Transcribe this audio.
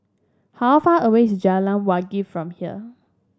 how far away is Jalan Wangi from here